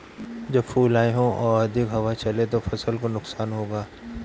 जब फूल आए हों और अधिक हवा चले तो फसल को नुकसान होगा?